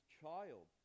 child